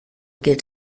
gilt